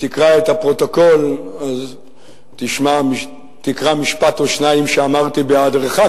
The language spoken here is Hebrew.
כשתקרא את הפרוטוקול תקרא משפט או שניים שאמרתי בהיעדרך,